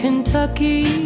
Kentucky